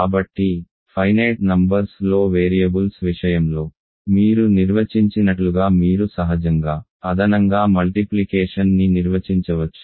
కాబట్టి finite numbers లో variables విషయంలో మీరు నిర్వచించినట్లుగా మీరు సహజంగా అదనంగా మల్టిప్లికేషన్ ని నిర్వచించవచ్చు